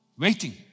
Waiting